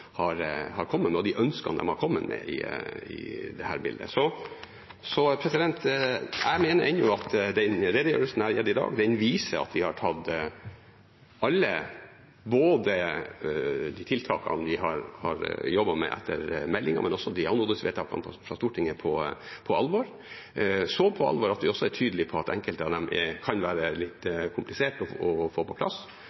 har kommet med til dette. Jeg mener ennå at den redegjørelsen jeg har gitt i dag, viser at vi har tatt på alvor alle tiltakene vi har jobbet med etter meldingen, men også anmodningsvedtakene fra Stortinget – så på alvor at vi er tydelige på at enkelte av dem kan være litt